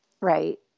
Right